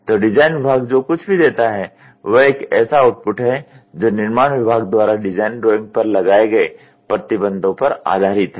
तो डिज़ाइन विभाग जो कुछ भी देता है वह एक ऐसा आउटपुट है जो निर्माण विभाग द्वारा डिजाइन ड्राइंग पर लगाए गए प्रतिबंधों पर आधारित है